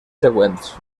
següents